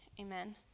Amen